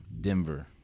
Denver